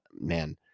man